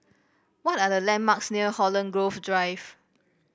what are the landmarks near Holland Grove Drive